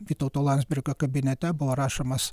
vytauto landsbergio kabinete buvo rašomas